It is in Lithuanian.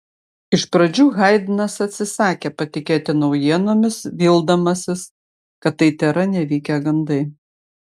iš pradžių haidnas atsisakė patikėti naujienomis vildamasis kad tai tėra nevykę gandai